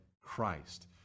Christ